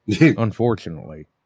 unfortunately